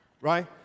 Right